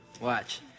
Watch